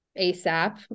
ASAP